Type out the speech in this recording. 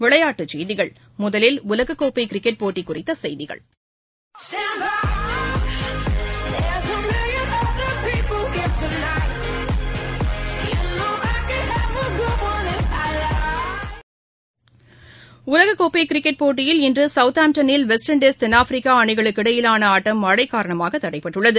விளையாட்டுச் செய்திகள் முதலில் உலகக்கோப்பைகிரிக்கெட் போட்டிகுறித்தசெய்திகள் சவுணட்பைட் உலககோப்பைகிரிக்கெட் போட்டியில் இன்றுசவுத் ஆம்டனில் வெஸ்ட் இண்டீஸ் தென்னாப்பிரிக்காஅணிகளுக்கு இடையேயான ஆட்டம் மழைகாரணமாகதடைபட்டுள்ளது